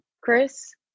Chris